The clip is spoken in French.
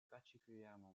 particulièrement